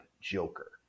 joker